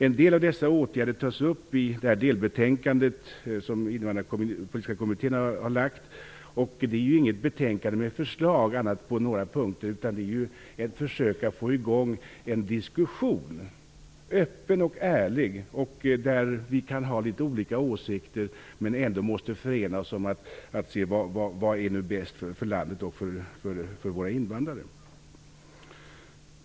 En del av dessa åtgärder tas upp i det delbetänkande som Invandrarpolitiska kommittén lagt fram. Det är inte ett betänkande med förslag, bortsett från några punkter, utan det är ett försök att få i gång en öppen och ärlig diskussion där vi kan ha litet olika åsikter. Ändå måste vi förenas kring detta med att se vad som är bäst för landet och för våra invandrare.